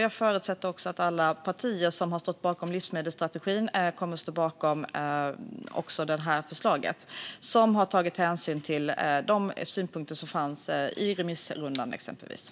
Jag förutsätter att alla partier som har stått bakom livsmedelsstrategin kommer att stå bakom också detta förslag, där man har tagit hänsyn till de synpunkter som fanns i exempelvis remissrundan.